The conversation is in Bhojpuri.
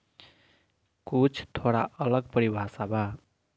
कुछ थोड़ा अलग परिभाषा बा